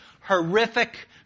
horrific